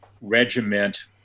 regiment